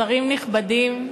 שרים נכבדים,